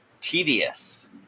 tedious